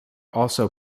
also